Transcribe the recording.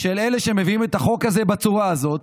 של אלה שמביאים את החוק הזה בצורה הזאת